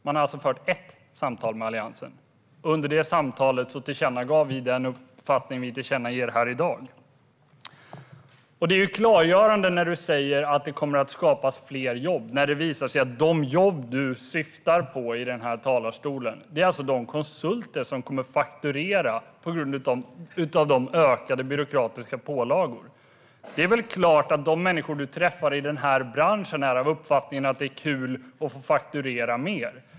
Man har fört ett samtal med Alliansen. Under det samtalet tillkännagav vi den uppfattning vi också tillkännager här i dag. Det är klargörande, Johan Löfstrand, när du säger att det kommer att skapas fler jobb. Det visar sig att de jobb du syftar på i talarstolen går till de konsulter som kommer att fakturera mer på grund av ökade byråkratiska pålagor. Det är väl klart att de människor du träffar i den här branschen är av uppfattningen att det är kul att få fakturera mer.